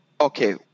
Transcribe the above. Okay